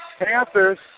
Panthers